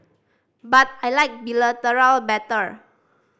but I like bilateral better